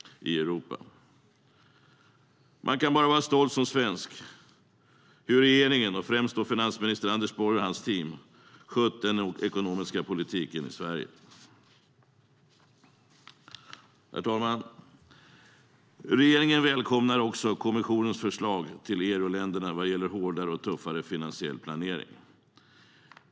Som svensk kan man vara stolt över hur regeringen och främst finansminister Anders Borg och hans team skött den ekonomiska politiken i Sverige. Herr talman! Regeringen välkomnar också kommissionens förslag till euroländerna vad gäller hårdare och tuffare finansiell planering.